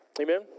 amen